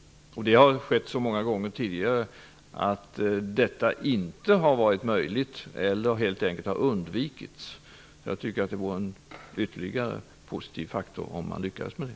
Det har hänt så många gånger tidigare att detta inte har varit möjligt eller helt enkelt har undvikits. Jag tycker att det vore ytterligare en positiv faktor om man lyckades med det.